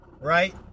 right